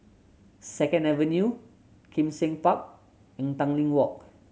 Second Avenue Kim Seng Park and Tanglin Walk